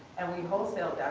and we wholesaled